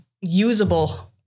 usable